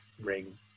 ring